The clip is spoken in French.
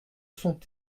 sont